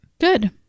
Good